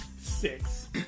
six